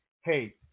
hey